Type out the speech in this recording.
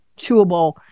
chewable